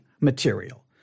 material